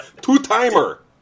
Two-timer